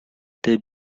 they